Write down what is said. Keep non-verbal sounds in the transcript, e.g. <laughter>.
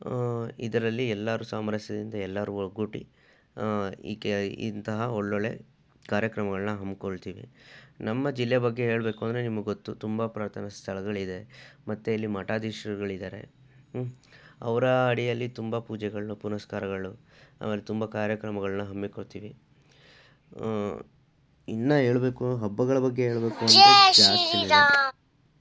ಇದರಲ್ಲಿ ಎಲ್ಲರು ಸಾಮರಸ್ಯದಿಂದ ಎಲ್ಲರೂ ಒಗ್ಗೂಡಿ ಹೀಗೆ ಇಂತಹ ಒಳ್ಳೊಳ್ಳೆ ಕಾರ್ಯಕ್ರಮಗಳನ್ನ ಹಮ್ಕೊಳ್ತೀವಿ ನಮ್ಮ ಜಿಲ್ಲೆ ಬಗ್ಗೆ ಹೇಳಬೇಕು ಅಂದರೆ ನಿಮಗ್ಗೊತ್ತು ತುಂಬ ಪ್ರಾರ್ಥನಾ ಸ್ಥಳಗಳಿದೆ ಮತ್ತೆ ಇಲ್ಲಿ ಮಠಾದೀಶ್ರ್ಗಳಿದಾರೆ ಅವರ ಅಡಿಯಲ್ಲಿ ತುಂಬ ಪೂಜೆಗಳು ಪುನಸ್ಕಾರಗಳು ಆಮೇಲೆ ತುಂಬ ಕಾರ್ಯಕ್ರಮಗಳನ್ನ ಹಮ್ಮಿಕೊಳ್ತೀವಿ ಇನ್ನೂ ಹೇಳಬೇಕು ಹಬ್ಬಗಳ ಬಗ್ಗೆ ಹೇಳಬೇಕು <unintelligible>